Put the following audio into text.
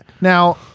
Now